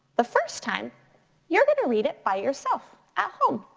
the first time you're gonna read it by yourself at home.